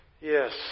Yes